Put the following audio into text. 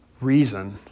reason